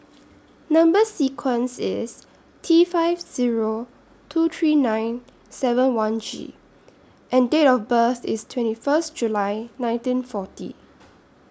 Number sequence IS T five Zero two three nine seven one G and Date of birth IS twenty First July nineteen forty